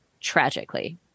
tragically